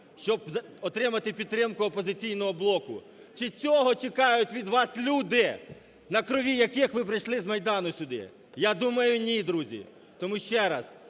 щоб отримати підтримку "Опозиційного блоку". Чи цього чекають від вас люди, на крові яких ви прийшли з Майдану сюди? Я думаю, ні, друзі. Тому ще раз.